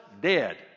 dead